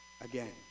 again